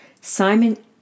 Simon